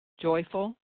joyful